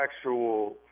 actual